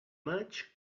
maig